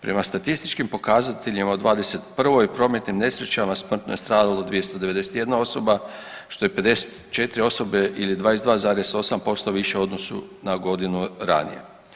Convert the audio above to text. Prema statističkim pokazateljima u 2021. u prometnim nesrećama smrtno je stradala 291 osoba što je 54 osobe ili 22,8% više u odnosu na godinu ranije.